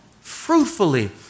Fruitfully